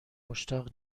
مشتاق